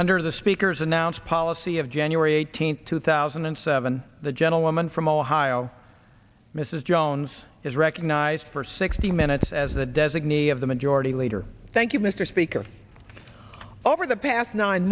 under the speaker's announced policy of january eighteenth two thousand and seven the gentlewoman from ohio mrs jones is recognized for sixty minutes as the designee of the majority leader thank you mr speaker over the past nine